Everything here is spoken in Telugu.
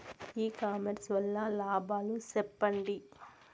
ఇ కామర్స్ వల్ల లాభాలు సెప్పండి?